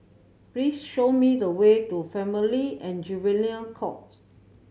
please show me the way to Family and Juvenile Court